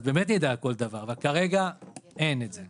באמת נדע כל דבר, אבל כרגע אין את זה.